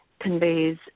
conveys